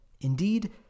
Indeed